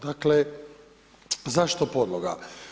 Dakle, zašto podloga?